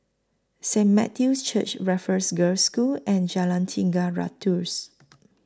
Saint Matthew's Church Raffles Girls' School and Jalan Tiga Ratus